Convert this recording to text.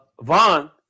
Vaughn